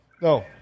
No